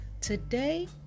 Today